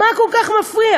מה כל כך מפריע?